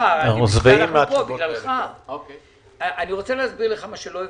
אני רוצה להסביר לך מה שלא הבנת.